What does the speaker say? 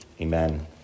Amen